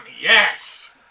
yes